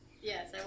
yes